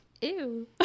Ew